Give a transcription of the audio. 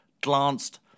glanced